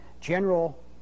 general